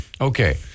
okay